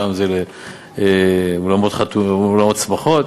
פעם זה אולמות שמחות.